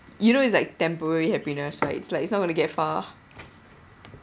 you know it's like temporary happiness right it's like it's not going to get far